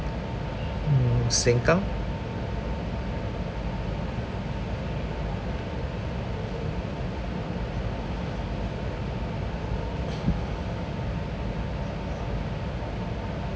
mm sengkang